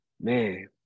man